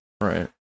Right